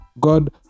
God